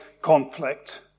conflict